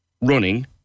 running